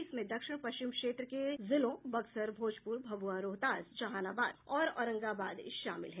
इसमें दक्षिण पश्चिम क्षेत्र के जिलों बक्सर भोजपुर भभुआ रोहतास जहानाबाद और औरंगाबाद शामिल हैं